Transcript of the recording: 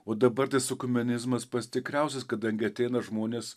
o dabar tas okumenizmas pats tikriausias kadangi ateina žmonės